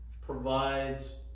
provides